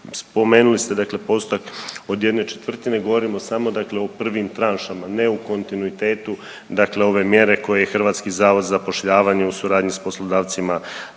spomenuli ste postotak od ¼ govorimo samo o prvim tranšama, ne u kontinuitetu ove mjere koje je HZZ u suradnji sa poslodavcima